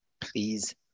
please